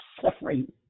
suffering